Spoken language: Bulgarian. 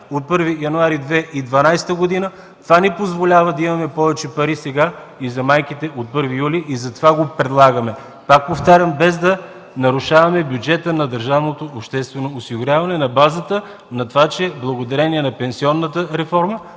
от 1 януари 2012 г., това ни позволява да имаме повече пари сега и за майките от първи юли. Затова го предлагаме. Пак повтарям, без да нарушаваме бюджета на държавното обществено осигуряване, на базата на това, че благодарение на пенсионната реформа